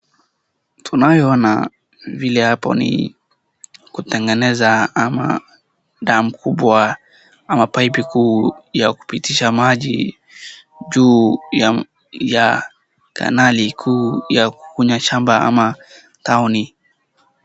Tunayo ona ni vile hapo ni kutengeneza dam kubwa ama pipe ya kupitisha maji juu ya kanali kuu ya kukuna shamba ama taoni.